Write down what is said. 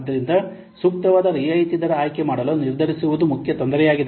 ಆದ್ದರಿಂದ ಸೂಕ್ತವಾದ ರಿಯಾಯಿತಿ ದರವನ್ನು ಆಯ್ಕೆ ಮಾಡಲು ನಿರ್ಧರಿಸುವುದು ಮುಖ್ಯ ತೊಂದರೆಯಾಗಿದೆ